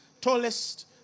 tallest